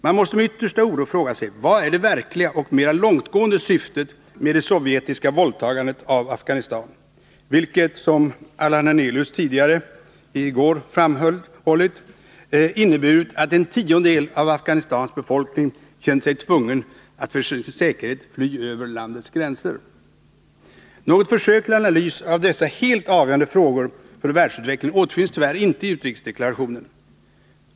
Man måste med yttersta oro fråga sig: Vad är det verkliga och mera långtgående syftet med det sovjetiska våldtagandet av Afghanistan, vilket — som Allan Hernelius i går framhöll — inneburit att en tiondel av Afghanistans befolkning känt sig tvungen att fly över landets gränser. Något försök till analys av dessa helt avgörande frågor för världsutveck lingen återfinns tyvärr inte i utrikesdeklarationen.